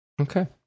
Okay